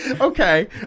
Okay